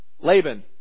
Laban